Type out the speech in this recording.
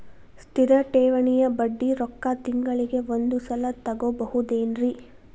ಸ್ಥಿರ ಠೇವಣಿಯ ಬಡ್ಡಿ ರೊಕ್ಕ ತಿಂಗಳಿಗೆ ಒಂದು ಸಲ ತಗೊಬಹುದೆನ್ರಿ?